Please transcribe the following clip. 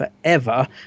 forever